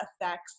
affects